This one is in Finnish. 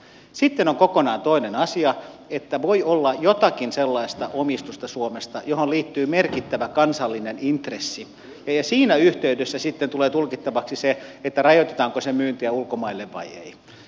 sitten on kokonaan toinen asia että voi olla jotakin sellaista omistusta suomesta johon liittyy merkittävä kansallinen intressi ja siinä yhteydessä sitten tulee tulkittavaksi se rajoitetaanko sen myyntiä ulkomaille vai ei